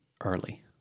early